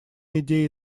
идея